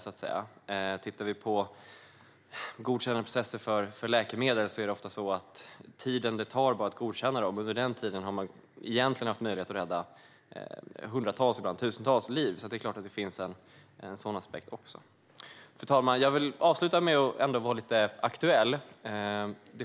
När det gäller godkännandeprocesser för läkemedel är det ofta på det sättet att under den tid som det tar bara för att godkänna läkemedlen har man egentligen haft möjlighet att rädda hundratals, ibland tusentals, liv. Det är klart att det finns en sådan aspekt också. Fru talman! Jag vill avsluta med att vara lite aktuell.